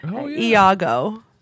iago